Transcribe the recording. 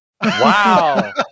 Wow